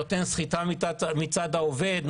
נותן סחיטה מצד העובד,